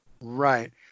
Right